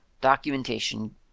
documentation